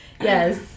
Yes